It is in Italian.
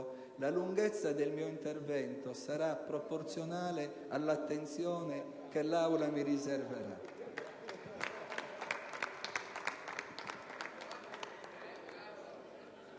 la lunghezza del mio intervento sarà inversamente proporzionale all'attenzione che l'Aula mi riserverà.